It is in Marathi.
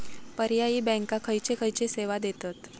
पर्यायी बँका खयचे खयचे सेवा देतत?